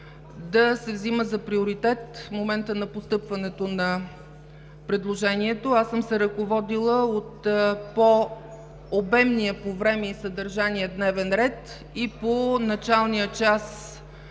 да се взема за приоритет моментът на постъпването на предложението. Аз съм се ръководила от по-обемния по време и съдържание дневен ред и по началния час,